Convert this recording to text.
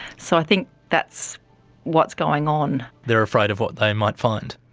so i think that's what's going on. they're afraid of what they might find?